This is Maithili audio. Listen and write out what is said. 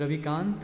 श्रीकांत